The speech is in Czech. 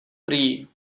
prý